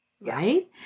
right